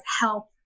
help